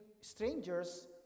strangers